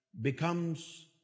becomes